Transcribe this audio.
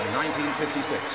1956